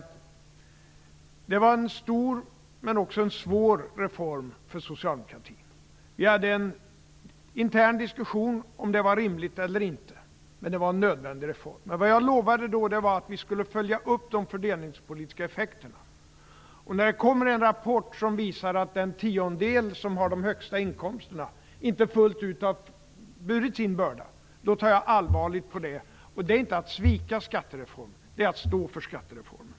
Det var en stor men också en svår reform för socialdemokratin. Vi hade en intern diskussion i frågan, om den var rimlig eller inte, men det var en nödvändig reform. Jag lovade då att vi skulle följa upp de fördelningspolitiska effekterna. När det kommer en rapport som visar att den tiondel som har de högsta inkomsterna inte har burit sin börda fullt ut tar jag allvarligt på det. Det är inte att svika skattereformen - det är att stå för skattereformen.